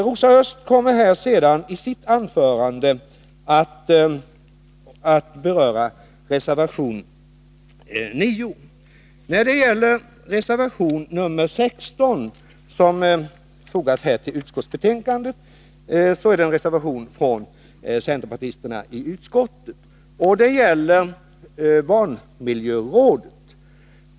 Rosa Östh kommer i sitt anförande senare att beröra reservation 9. Reservation 16 är en reservation från centerpartisterna i utskottet. Den gäller barnmiljörådet.